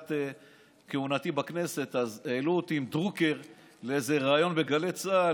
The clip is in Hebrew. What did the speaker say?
בתחילת כהונתי בכנסת העלו אותי עם דרוקר לאיזה ריאיון בגלי צה"ל,